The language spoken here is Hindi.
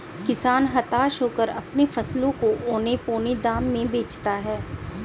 किसान हताश होकर अपने फसलों को औने पोने दाम में बेचता है